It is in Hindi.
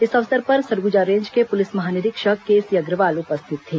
इस अवसर पर सरगुजा रेंज के पुलिस महानिरक्षक केसी अग्रवाल उपस्थित थे